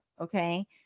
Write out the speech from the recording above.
okay